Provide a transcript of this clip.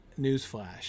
Newsflash